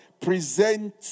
present